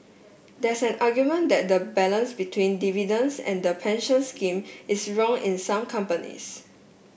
there's an argument that the balance between dividends and the pension scheme is wrong in some companies